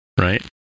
right